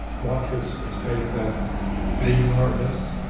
want to state that lee nordness,